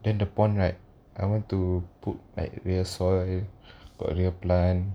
then the pond right I want to put back real soil real plant